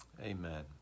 Amen